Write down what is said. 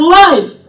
life